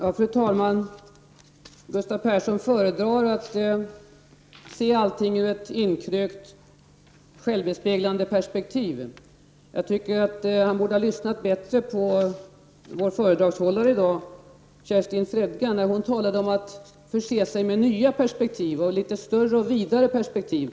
Fru talman! Gustav Persson föredrar att se allting ur ett inkrökt, självbespeglande perspektiv. Jag tycker att han borde ha lyssnat bättre på vår föredragshållare i dag, Kerstin Fredga, när hon talade om att förse sig med nya, litet större och vidare perspektiv.